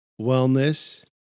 wellness